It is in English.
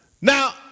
Now